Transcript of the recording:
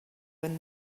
when